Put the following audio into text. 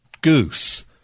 goose